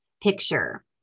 picture